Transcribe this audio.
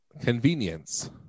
Convenience